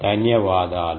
ధన్యవాదాలు